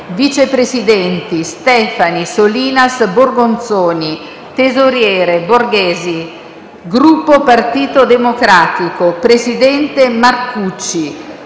Vice Presidenti: Stefani, Solinas, Borgonzoni Tesoriere: Borghesi Gruppo Partito Democratico Presidente: Marcucci